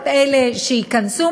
את אלה שייכנסו,